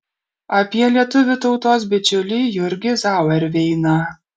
apie lietuvių tautos bičiulį jurgį zauerveiną